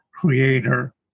creator